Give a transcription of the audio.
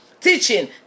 teaching